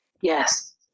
yes